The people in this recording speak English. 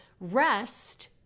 Rest